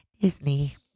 Disney